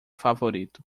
favorito